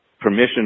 permission